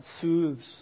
soothes